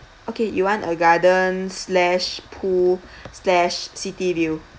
okay you want a garden slash pool slash city view